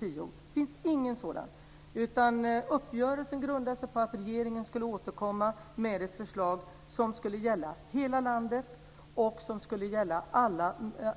Det finns ingenting sådant, utan uppgörelsen grundar sig på att regeringen skulle återkomma med ett förslag som skulle gälla hela landet och som skulle gälla